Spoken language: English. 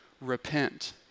Repent